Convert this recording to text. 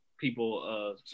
people